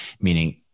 meaning